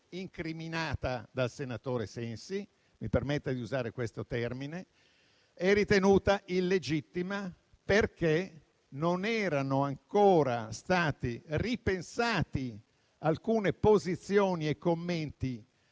incriminata dal senatore Sensi - mi permetta di usare questo termine - e ritenuta illegittima perché non erano ancora stati ripensati alcune posizioni e commenti